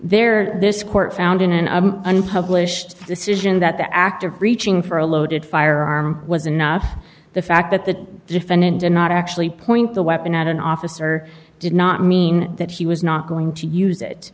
there this court found in an unpublished decision that the act of reaching for a loaded firearm was enough the fact that the defendant did not actually point the weapon at an officer did not mean that he was not going to use it